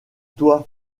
toi